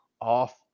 off